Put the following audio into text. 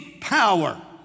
power